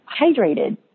hydrated